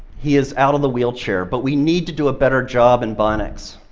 he is out of the wheelchair, but we need to do a better job in bionics,